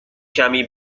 کمی